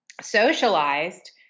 socialized